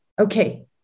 Okay